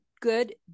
good